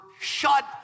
shut